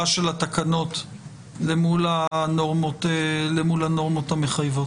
של התקנות אל מול הנורמות המחייבות.